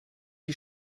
die